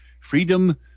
Freedom